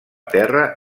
terra